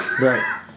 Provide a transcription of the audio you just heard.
Right